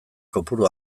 kopuru